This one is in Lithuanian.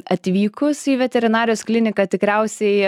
atvykus į veterinarijos kliniką tikriausiai